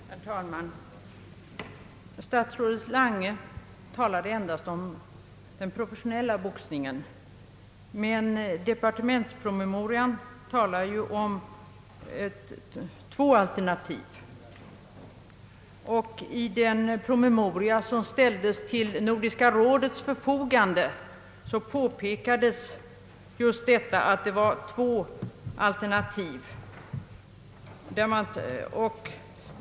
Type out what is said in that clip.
Herr talman! Statsrådet Lange talade endast om den professionella boxningen, men departementspromemorian talar om två alternativ. I den särskilda promemoria som ställdes till Nordiska rådets förfogande påpekades att det fanns dessa två alternativ.